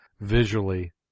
visually